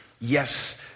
yes